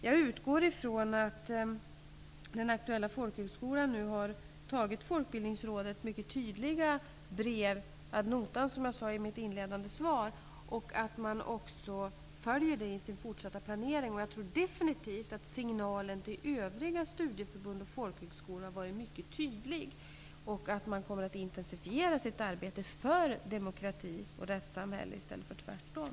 Jag utgår ifrån att den aktuella folkhögskolan har tagit Folkbildningsrådets mycket tydliga brev ad notam, som jag sade i mitt inledande svar, och att man följer detta i sin fortsatta planering. Jag tror definitivt att signalen till övriga studieförbund och folkhögskolor är mycket tydlig och att man kommer att intensifiera sitt arbete för demokrati och rättssamhället i stället för tvärtom.